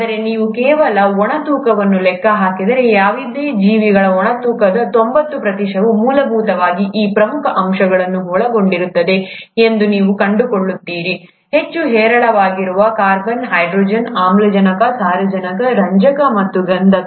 ಆದರೆ ನೀವು ಕೇವಲ ಒಣ ತೂಕವನ್ನು ಲೆಕ್ಕ ಹಾಕಿದರೆ ಯಾವುದೇ ಜೀವಿಗಳ ಒಣ ತೂಕದ ತೊಂಬತ್ತು ಪ್ರತಿಶತವು ಮೂಲಭೂತವಾಗಿ ಈ ಪ್ರಮುಖ ಅಂಶಗಳನ್ನು ಒಳಗೊಂಡಿರುತ್ತದೆ ಎಂದು ನೀವು ಕಂಡುಕೊಳ್ಳುತ್ತೀರಿ ಹೆಚ್ಚು ಹೇರಳವಾಗಿರುವ ಕಾರ್ಬನ್ ಹೈಡ್ರೋಜನ್ ಆಮ್ಲಜನಕ ಸಾರಜನಕ ರಂಜಕ ಮತ್ತು ಗಂಧಕ